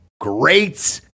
great